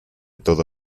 toda